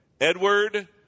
Edward